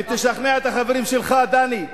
ותשכנע את החברים שלך, דני.